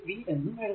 എന്നും എഴുതാനാകും